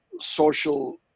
social